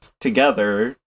together